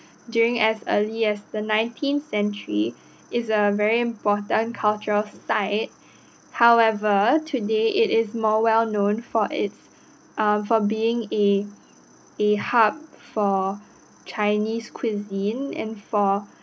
during as early as the nineteen century it's a very important cultural site however today it is more well known for its uh for being a a hub for chinese cuisine and for